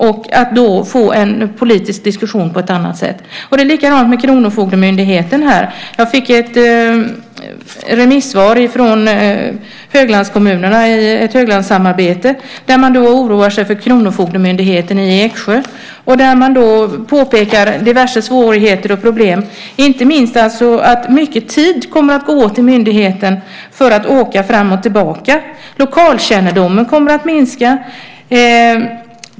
Då kan man få en politisk diskussion på ett annat sätt. Det är likadant med kronofogdemyndigheten. Jag fick ett remissvar från höglandskommunerna, i höglandssamarbetet. Där oroar man sig för Kronofogdemyndigheten i Eksjö. Man påpekar diverse svårigheter och problem, inte minst att mycket tid kommer att gå åt inom myndigheten för att åka fram och tillbaka. Lokalkännedomen kommer att minska.